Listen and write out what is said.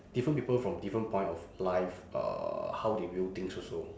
different people from different point of life uh how they view things also